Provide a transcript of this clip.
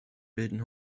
bilden